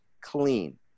clean